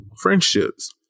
friendships